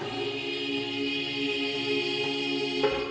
the